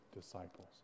disciples